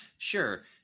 Sure